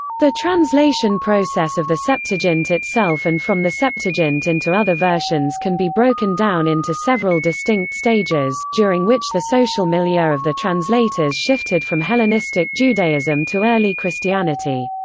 the translation process of the septuagint itself and from the septuagint into other versions can be broken down into several distinct stages, during which the social milieu of the translators shifted from hellenistic judaism to early christianity.